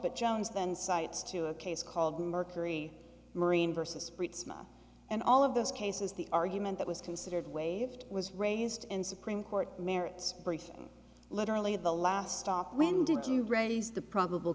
but jones then cites to a case called mercury marine versus brits and all of those cases the argument that was considered waived was raised in supreme court merits brief literally the last stop when did you read is the probable